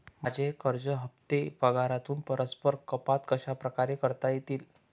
माझे कर्ज हफ्ते पगारातून परस्पर कपात कशाप्रकारे करता येतील?